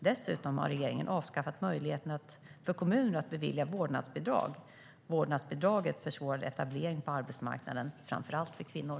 Dessutom har regeringen avskaffat möjligheten för kommuner att bevilja vårdnadsbidrag. Vårdnadsbidraget försvårade etableringen på arbetsmarknaden, framför allt för kvinnor.